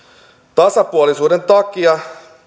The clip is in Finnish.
tasapuolisuuden takia